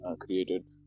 created